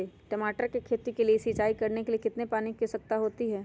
टमाटर की खेती के लिए सिंचाई करने के लिए कितने पानी की आवश्यकता होती है?